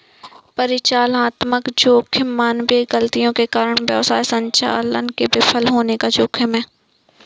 परिचालनात्मक जोखिम मानवीय गलतियों के कारण व्यवसाय संचालन के विफल होने का जोखिम है